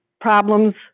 problems